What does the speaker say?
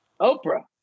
Oprah